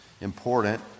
important